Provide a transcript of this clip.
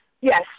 yes